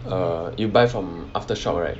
err you buy from Aftershock right